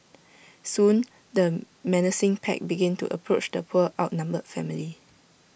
soon the menacing pack began to approach the poor outnumbered family